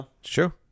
sure